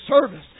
service